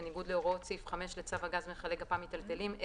בניגוד להוראות סעיף 5 לצו הגז מכלי גפ"מ מיטלטלים,1,000,